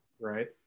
Right